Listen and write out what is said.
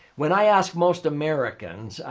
when i ask most americans,